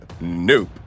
nope